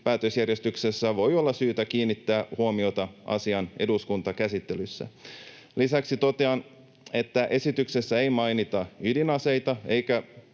päätösjärjestyksessä voi olla syytä kiinnittää huomiota asian eduskuntakäsittelyssä. Lisäksi totean, että esityksessä ei mainita ydinaseita,